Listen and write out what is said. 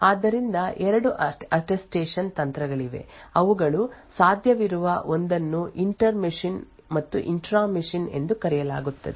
ಆದ್ದರಿಂದ 2 ಅಟ್ಟೆಸ್ಟೇಷನ್ ತಂತ್ರಗಳಿವೆ ಅವುಗಳು ಸಾಧ್ಯವಿರುವ ಒಂದನ್ನು ಇಂಟರ್ ಮೆಷಿನ್ ಮತ್ತು ಇಂಟ್ರಾ ಮೆಷಿನ್ ಎಂದು ಕರೆಯಲಾಗುತ್ತದೆ